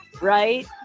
right